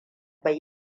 bai